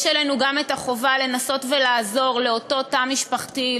יש עלינו גם את החובה לנסות ולעזור לאותו תא משפחתי,